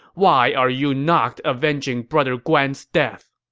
why are you not avenging brother guan's death!